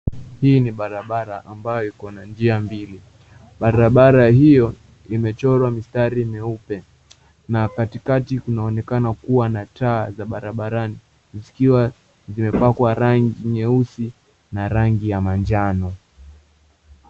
Hii ni barabara yenye njia mbili . Barabara hiyo imechorwa mistari nyeupe na katikati inaonekana kua na taa za barabarani .Zikiwa zimepakwa rangi nyeusi na rangi ya manjano .